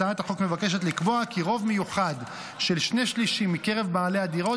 הצעת החוק מבקשת לקבוע כי רוב מיוחד של שני שלישים מקרב בעלי הדירות